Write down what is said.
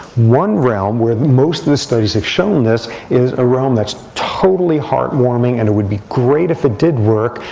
one realm where most of the studies have shown this is a realm that's totally heartwarming. and it would be great if it did work.